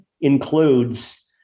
includes